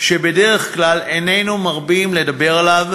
שבדרך כלל איננו מרבים לדבר עליו,